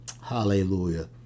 hallelujah